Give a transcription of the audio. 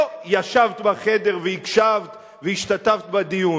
לא ישבת בחדר והקשבת והשתתפת בדיון?